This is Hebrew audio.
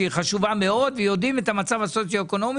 שהיא חשובה מאוד ויודעים את המצב הסוציואקונומי